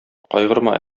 кайгырма